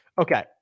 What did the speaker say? Okay